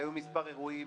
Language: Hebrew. היו מספר אירועים